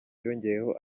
yongeyeho